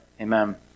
Amen